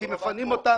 כי מפנים אותם.